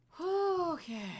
Okay